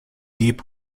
deep